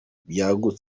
byahindura